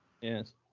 yes